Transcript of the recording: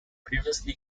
previously